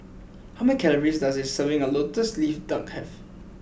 how many calories does a serving of Lotus Leaf Duck have